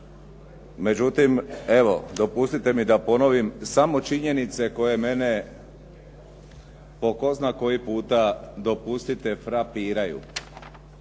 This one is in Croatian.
Međutim, evo dopustite mi da ponovim samo činjenice koje mene po tko zna koji puta dopustite frapiraju,